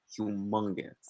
humongous